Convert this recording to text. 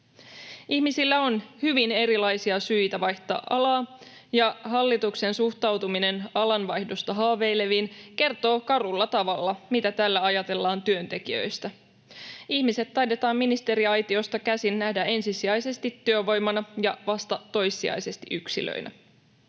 Ihmisillä on hyvin erilaisia syitä vaihtaa alaa, ja hallituksen suhtautuminen alanvaihdosta haaveileviin kertoo karulla tavalla, mitä täällä ajatellaan työntekijöistä. Ihmiset taidetaan ministeriaitiosta käsin nähdä ensisijaisesti työvoimana ja vasta toissijaisesti yksilöinä.